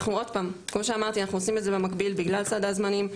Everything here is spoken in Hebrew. אנחנו עוד פעם כמו שאמרתי אנחנו עושים את זה במקביל בגלל סד הזמנים,